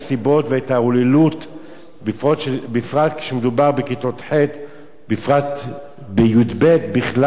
בפרט כשמדובר בכיתות ח'; בי"ב בכלל אין מה לדבר,